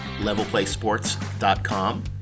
levelplaysports.com